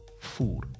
food